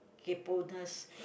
kayponess